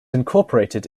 incorporated